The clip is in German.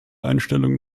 einstellungen